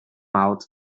out